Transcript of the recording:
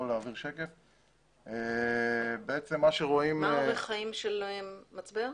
מה אורך החיים של מצבר?